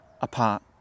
apart